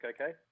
okay